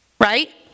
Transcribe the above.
Right